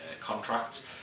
contracts